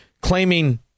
claiming